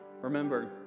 Remember